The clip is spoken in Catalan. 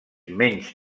menys